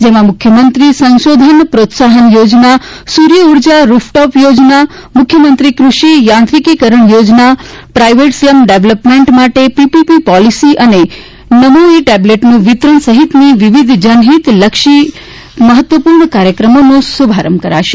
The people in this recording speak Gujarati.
તેમાં મુખ્યમંત્રી સંશોધન પ્રોત્સાહન યોજના સૂર્ય ઊર્જા રૂફટોપ યોજના સૂર્ય ગુજરાત મુખ્યમંત્રી કૃષિ યાંત્રીકિકરણ યોજના પ્રાઇવેટ સ્લમ ડેવલપમેન્ટ માટે પીપીપી પોલીસી અને નમો ઇ ટેબલેટનું વિતરણ સહિતની વિવિધ જનહિતલક્ષી મહત્વપૂર્ણ કાર્યક્રમોનો પણ શુભારંભ કરાશે